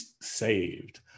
saved